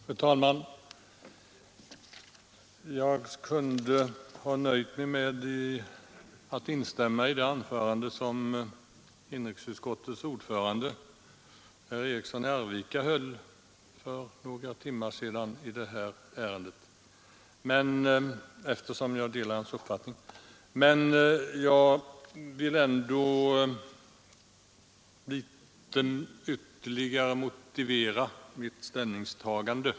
Fru talman! Jag kunde ha nöjt mig med att instämma i det anförande som inrikesutskottets ordförande herr Eriksson i Arvika höll för några timmar sedan i detta ärende, eftersom jag delar hans uppfattning, men jag vill ändå något motivera mitt ställningstagande.